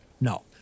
no